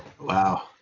Wow